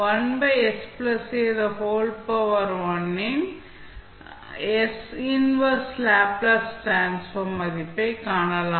இன் inverse Laplace transform மதிப்பை காணலாம்